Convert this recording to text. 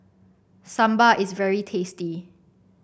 Sambar is very tasty